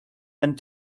and